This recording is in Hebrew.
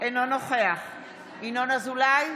אינו נוכח ינון אזולאי,